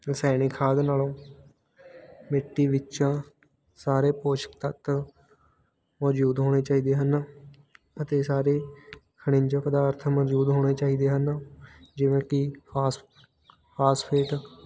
ਰਸਾਇਣਿਕ ਖਾਦ ਨਾਲੋਂ ਮਿੱਟੀ ਵਿੱਚ ਸਾਰੇ ਪੋਸ਼ਕ ਤੱਕ ਮੌਜੂਦ ਹੋਣੇ ਚਾਹੀਦੇ ਹਨ ਅਤੇ ਸਾਰੇ ਖਣਿਜ ਪਦਾਰਥ ਮੌਜੂਦ ਹੋਣੇ ਚਾਹੀਦੇ ਹਨ ਜਿਵੇਂ ਕਿ ਫਾਸ ਫਾਸਫੇਟ